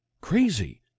crazy